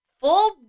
full